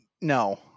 no